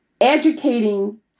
educating